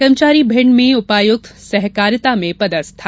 कर्मचारी भिण्ड में उपायुक्त सहकारिता में पदस्थ था